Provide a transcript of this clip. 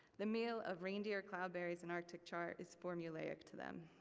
the meal of reindeer, cloudberries, and arctic char, is formulaic to them.